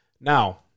Now